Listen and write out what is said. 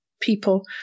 people